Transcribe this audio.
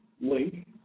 link